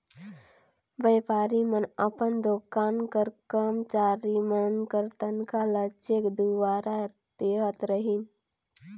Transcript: बयपारी मन अपन दोकान कर करमचारी मन कर तनखा ल चेक दुवारा देहत रहिन